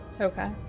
Okay